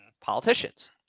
politicians